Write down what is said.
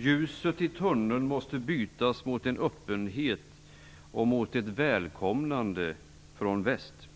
Ljuset i tunneln måste bytas mot en öppenhet och mot ett välkomnande från väst.